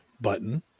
button